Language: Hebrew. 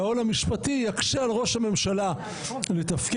שהעול המשפטי יקשה על ראש הממשלה לתפקד,